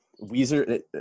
Weezer